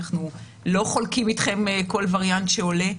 אנחנו לא חולקים אתכם כל וריאנט שעולה.